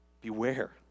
Beware